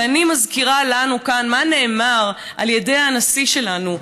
ואני מזכירה לנו כאן מה נאמר על ידי הנשיא שלנו,